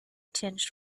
tinged